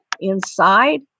inside